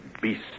beast